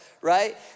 right